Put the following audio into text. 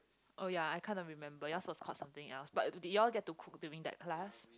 oh ya I cannot remember yours was called something else but do you all get to cook during that class